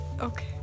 Okay